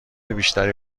بیشتری